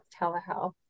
telehealth